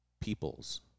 peoples